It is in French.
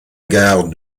gare